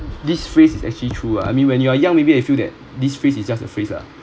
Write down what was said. this phrase is actually true ah I mean when you're young maybe you feel that this phrase is just a phrase